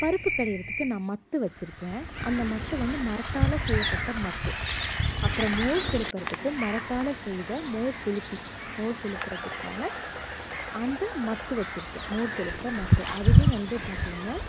பருப்பு கடைகிறதுக்கு நான் மத்து வச்சிருக்கேன் அந்த மத்து வந்து மரத்தால் செய்யப்பட்ட மத்து அப்புறம் மோர் சிலுப்புகிறத்துக்கும் மரத்தால் செய்த மோர் சிலுப்பி மோர் சிலுப்புறத்துக்கான அந்த மத்து வச்சிருக்கேன் மோர் சிலுப்புகிற மத்து அதுவும் வந்து பார்த்திங்கனா